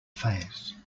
face